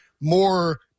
more –